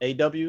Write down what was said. AW